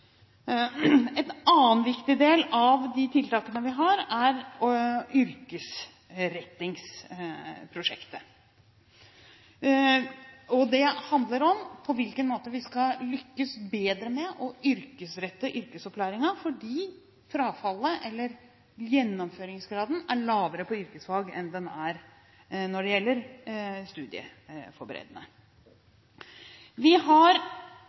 annen viktig del av de tiltakene vi har, er yrkesrettingsprosjektet. Det handler om på hvilken måte vi skal lykkes bedre med å yrkesrette yrkesopplæringen, for gjennomføringsgraden er lavere på yrkesfag enn på studieforberedende. Vi har veldig gode erfaringer og tilbakemeldinger på det kompetansepåfyllet som lærerne har